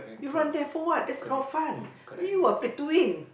you run there for what that's not fun you are play doing